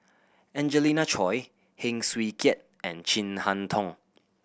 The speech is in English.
Angelina Choy Heng Swee Keat and Chin Harn Tong